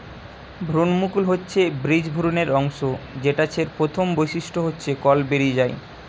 ভ্রূণমুকুল হচ্ছে বীজ ভ্রূণের অংশ যেটা ছের প্রথম বৈশিষ্ট্য হচ্ছে কল বেরি যায়